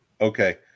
Okay